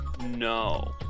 no